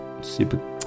super